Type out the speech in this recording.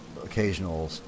Occasional